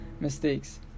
mistakes